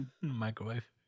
Microwave